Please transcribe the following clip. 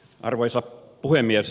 arvoisa puhemies